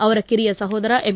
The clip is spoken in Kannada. ಅವರ ಕಿರಿಯ ಸಹೋದರ ಎಂ